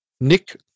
Nick